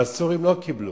והסורים לא קיבלו.